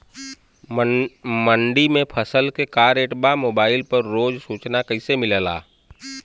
मंडी में फसल के का रेट बा मोबाइल पर रोज सूचना कैसे मिलेला?